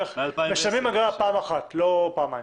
משלמים אגרה פעם אחת ולא פעמיים.